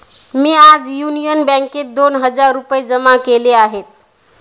मी आज युनियन बँकेत दोन हजार रुपये जमा केले आहेत